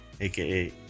AKA